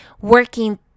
working